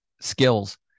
Skills